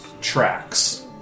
tracks